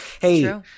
Hey